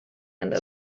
and